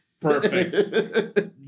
perfect